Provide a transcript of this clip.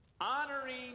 Honoring